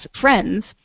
friends